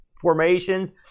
formations